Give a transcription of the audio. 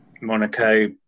Monaco